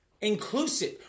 inclusive